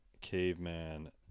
Caveman